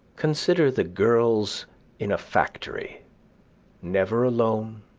consider the girls in a factory never alone,